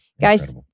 Guys